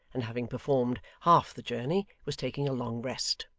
and having performed half the journey was taking a long rest.